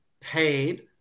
paid